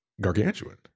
gargantuan